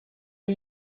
are